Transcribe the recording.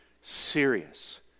serious